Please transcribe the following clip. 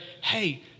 Hey